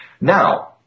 Now